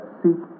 seek